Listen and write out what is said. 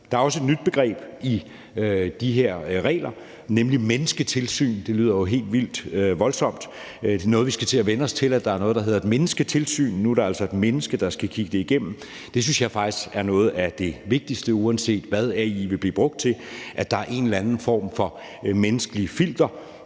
Der er også et nyt begreb i de her regler, nemlig mennesketilsyn. Det lyder helt vildt voldsomt. Det er noget, vi skal til at vænne os til, altså at der er noget, der hedder et mennesketilsyn. Nu er der altså et menneske, der skal kigge det igennem. Jeg synes faktisk, at noget af det vigtigste, uanset hvad AI vil blive brugt til, er, at der er en eller anden form for menneskeligt filter,